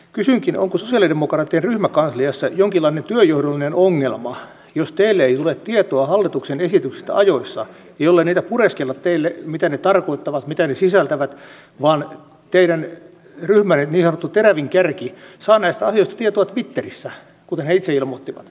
kysynkin onko sosialidemokraattien ryhmäkansliassa jonkinlainen työnjohdollinen ongelma jos teille ei tule tietoa hallituksen esityksistä ajoissa ja niitä ei pureskella teille mitä ne tarkoittavat mitä ne sisältävät vaan teidän ryhmänne niin sanottu terävin kärki saa näistä asioista tietoa twitterissä kuten he itse ilmoittivat